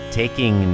taking